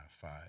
five